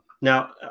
now